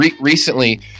Recently